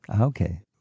Okay